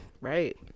Right